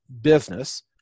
business